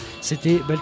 c'était